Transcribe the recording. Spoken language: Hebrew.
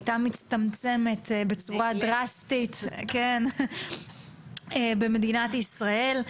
הייתה מצטמצמת בצורה דרסטית במדינת ישראל,